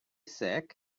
sick